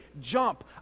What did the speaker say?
Jump